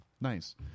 Nice